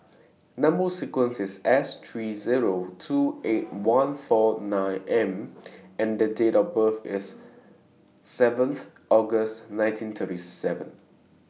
Number sequence IS S three Zero two eight one four nine M and Date of birth IS seventh August nineteen thirty seven